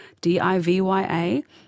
D-I-V-Y-A